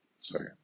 Sorry